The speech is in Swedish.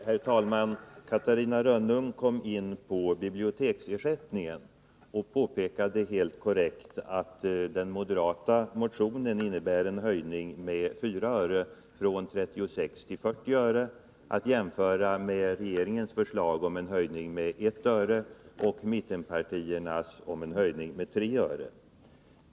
Herr talman! Catarina Rönnung kom in på biblioteksersättningen och påpekade helt korrekt att den moderata motionen innebär en höjning med 4 öre, från 36 till 40 öre, att jämföra med regeringens förslag om en höjning med 1 öre och mittenpartiernas om en höjning med 3 öre.